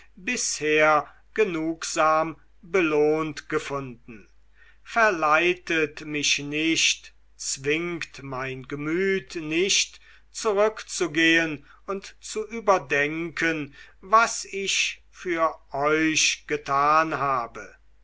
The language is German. bisher genugsam belohnt gefunden verleitet mich nicht zwingt mein gemüt nicht zurückzugehen und zu überdenken was ich für euch getan habe